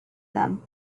them